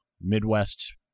Midwest